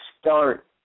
start